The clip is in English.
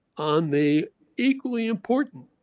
on the equally important,